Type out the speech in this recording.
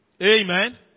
Amen